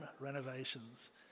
renovations